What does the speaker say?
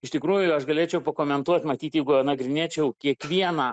iš tikrųjų aš galėčiau pakomentuot matyt jeigu nagrinėčiau kiekvieną